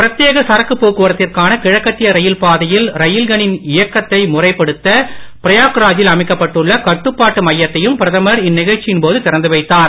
பிரத்யேக சரக்கு போக்குவரத்திற்கான கிழக்கத்திய ரயில் பாதையில் ரயில்களின் இயக்கத்தை முறைப்படுத்த பிரயாக்ராஜில் அமைக்கப்பட்டுள்ள கட்டுப்பாட்டு இந்நிகழ்ச்சியின் போது திறந்து வைத்தார்